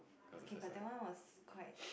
okay but that one was quite